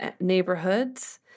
neighborhoods